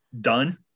done